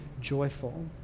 joyful